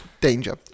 danger